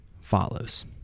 follows